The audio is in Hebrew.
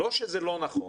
לא שזה לא נכון,